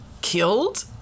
killed